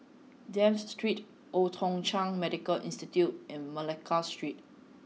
Dafne Street Old Thong Chai Medical Institute and Malacca Street